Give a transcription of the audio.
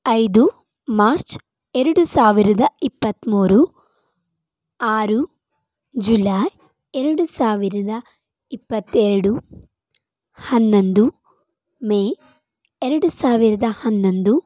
ಐದು ಮಾರ್ಚ್ ಎರಡು ಸಾವಿರದ ಇಪ್ಪತ್ತ್ಮೂರು ಆರು ಜುಲೈ ಎರಡು ಸಾವಿರದ ಇಪ್ಪತ್ತೆರಡು ಹನ್ನೊಂದು ಮೇ ಎರಡು ಸಾವಿರದ ಹನ್ನೊಂದು